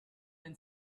been